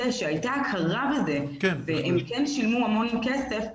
שהייתה הכרה בזה והם כן שילמו המון כסף,